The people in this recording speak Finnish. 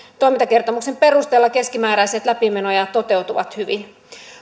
toimintakertomuksen perusteella keskimääräiset läpimenoajat toteutuvat hyvin